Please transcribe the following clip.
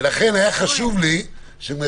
הבעיה שלי היא